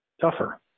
tougher